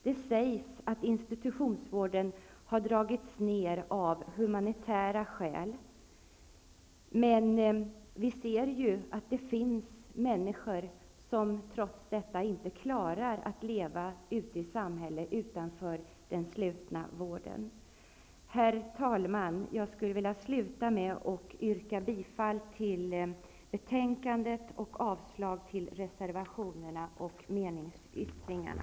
Det sägs att institutionsvården har dragits ned av humanitära skäl, men vi kan ju se att det finns människor som inte klarar att leva utanför den slutna vården i samhället. Herr talman! Jag vill avsluta med att yrka bifall till hemställan i betänkandet samt avslag på reservationerna och meningsyttringarna.